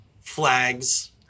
Flags